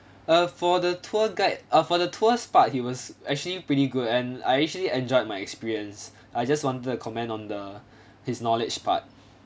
uh for the tour guide err for the tours part he was actually pretty good and I actually enjoyed my experience I just wanted to comment on the his knowledge part